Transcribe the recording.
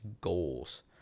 goals